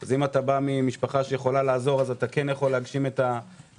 אז אם אתה בא ממשפחה שיכולה לעזור אתה כן יכול להגשים את החלום,